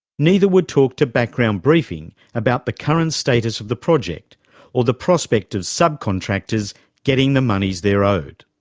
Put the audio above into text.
neither would talk to background briefing about the current status of the project or the prospect of subcontractors getting the moneys they're owed.